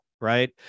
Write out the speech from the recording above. Right